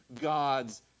God's